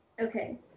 Okay